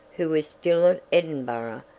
who is still at edinburgh,